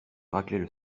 raclaient